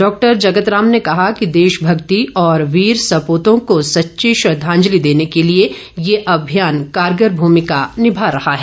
doctor Jagat Ram ने कहा कि देशभक्ति और वीर सपूतों को सच्ची श्रद्धांजलि देने के लिए ये अभियान कारगर भूमिका निभा रहा है